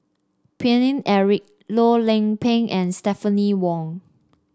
Paine Eric Loh Lik Peng and Stephanie Wong